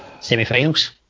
semi-finals